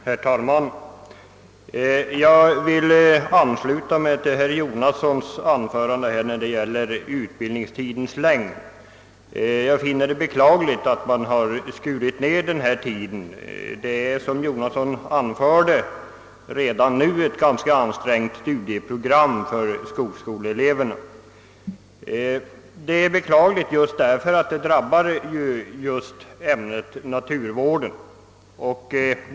Herr talman! Jag vill instämma i herr Jonassons anförande när det gäller utbildningstidens längd. Enligt min mening är det beklagligt att utbildningstiden skurits ned. Som herr Jonasson framböll är = studieprogrammet för skogsskoleeleverna redan nu ganska ansträngt och detta är att beklaga eftersom det drabbar just ämnet naturvården.